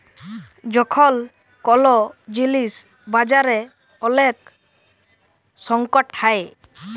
যখল কল জিলিস বাজারে ওলেক সংকট হ্যয়